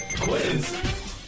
quiz